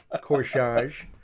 Corsage